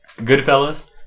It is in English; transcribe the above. Goodfellas